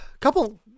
couple